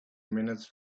minutes